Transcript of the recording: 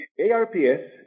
ARPS